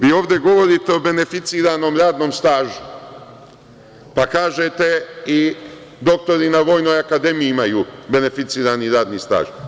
Vi ovde govorite o beneficiranom radnom stažu, pa kažete – i doktori na Vojnoj akademiji imaju beneficirani radni staž.